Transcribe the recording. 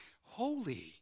Holy